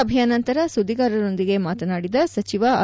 ಸಭೆಯ ನಂತರ ಸುದ್ಗಿಗಾರರೊಂದಿಗೆ ಮಾತನಾಡಿದ ಸಚಿವ ಆರ್